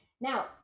Now